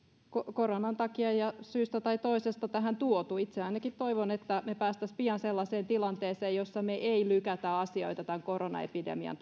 koronan takia ja syystä tai toisesta tähän tuotu itse ainakin toivon että päästäisiin pian sellaiseen tilanteeseen jossa ei lykätä asioita tämän koronaepidemian